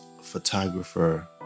photographer